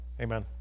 amen